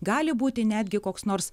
gali būti netgi koks nors